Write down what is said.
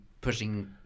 pushing